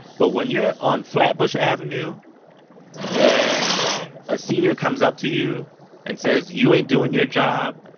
but when you're on flatbush avenue and a senior comes up to you and says you ain't doing your job.